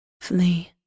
Flee